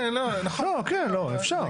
כן, לא, נכון --- לא, כן, לא, אפשר.